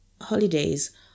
holidays